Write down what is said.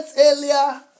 earlier